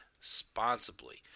responsibly